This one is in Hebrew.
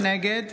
נגד